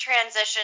transition